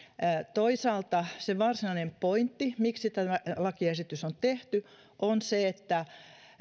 toisaalta se varsinainen pointti miksi tämä lakiesitys on tehty on se että